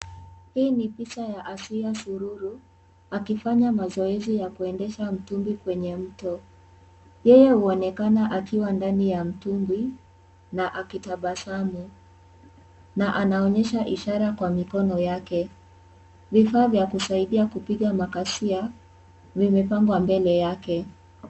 Hii ni picha ya Asiya Sururu, akifanya mazoezi ya kuendesha mtumbwi kwenye mto. Yeye huonekana akiwa ndani ya mtumbwi na akitabasamu na anaonyesha ishara kwa mikono yake, vifaa vya kusaidia kupiga makasia, zimepangwa mbele yake.